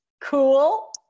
Cool